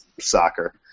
soccer